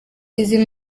izi